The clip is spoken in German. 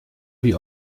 wie